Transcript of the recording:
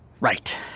Right